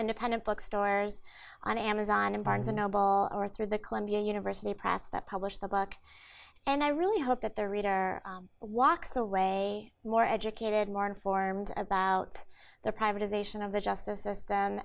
independent bookstores on amazon and barnes and noble or through the columbia university press that published the book and i really hope that the reader walks away more educated more informed about the privatization of the justice system